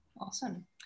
Awesome